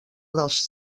dels